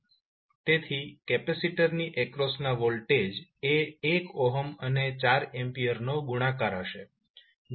તેથી કેપેસિટરની એક્રોસના વોલ્ટેજ એ 1 અને 4A નો ગુણાકાર હશે જે 4V છે